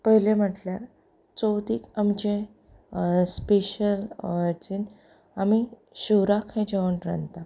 पयलें म्हणल्यार चवथीक आमचें स्पेशल हाचें आमीं शिवराक हें जेवण रांदतात